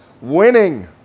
winning